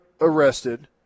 arrested